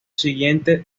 siguiente